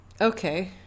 okay